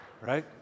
right